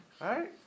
right